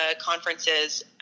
conferences